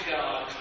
God